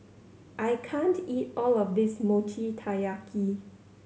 I can't eat all of this Mochi Taiyaki